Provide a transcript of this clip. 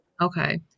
Okay